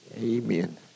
Amen